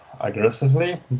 aggressively